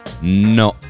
No